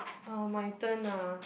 uh my turn ah